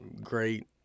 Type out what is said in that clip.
great